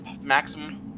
maximum